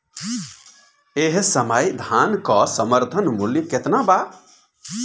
एह समय धान क समर्थन मूल्य केतना बा?